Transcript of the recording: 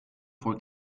for